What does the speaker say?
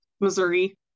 Missouri